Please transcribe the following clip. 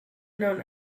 known